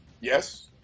Yes